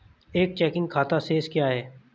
एक चेकिंग खाता शेष क्या है?